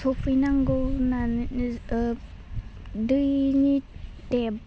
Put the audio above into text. सौफैनांगौ होननानै ओह दैनि टेब